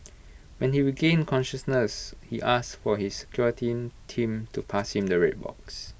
when he regained consciousness he asked for his security team to pass him the red box